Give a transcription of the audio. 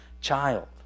child